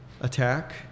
attack